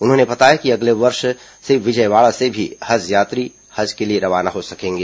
उन्होंने बताया कि अगले वर्ष से विजयवाड़ा से भी हज यात्री हज के लिए रवाना हो सकेंगे